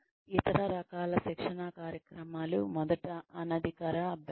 ఇతర రకాల శిక్షణా కార్యక్రమాలు మొదట అనధికారిక అభ్యాసం